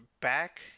back